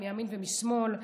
מימין ומשמאל,